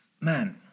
man